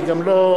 אני גם לא,